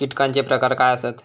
कीटकांचे प्रकार काय आसत?